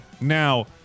Now